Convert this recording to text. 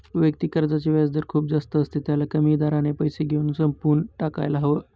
वैयक्तिक कर्जाचे व्याजदर खूप जास्त असते, त्याला कमी दराने पैसे घेऊन संपवून टाकायला हव